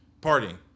partying